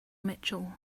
mitchell